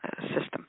system